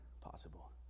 possible